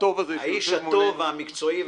והטוב הזה שיושב מולנו.